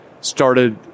started